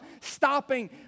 stopping